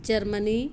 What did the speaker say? Germany